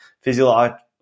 physiological